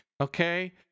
Okay